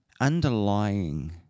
underlying